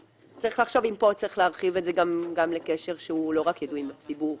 צריך לחשוב אם יש להרחיב זאת גם לקשר לא רק של ידועים בציבור.